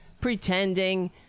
pretending